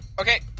Okay